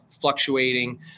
fluctuating